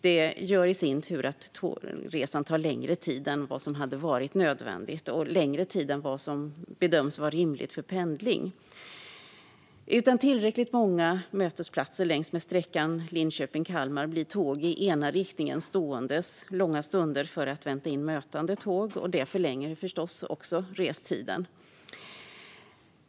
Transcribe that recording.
Det gör att resan tar längre tid än vad som hade varit nödvändigt och vad som bedöms vara rimligt för pendling. Utan tillräckligt många mötesplatser på sträckan Linköping-Kalmar blir tåg i ena riktningen stående långa stunder för att vänta in mötande tåg. Det förlänger förstås också restiden.